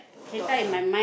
thoughts ah